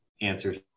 answers